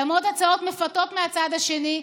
למרות הצעות מפתות מהצד השני,